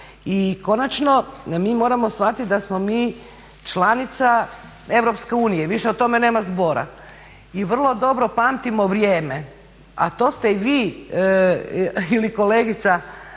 i konačno mi moramo shvatit da smo mi članica Europske unije i više o tome nema zbora. I vrlo dobro pamtimo vrijeme, a to ste i vi ili kolegica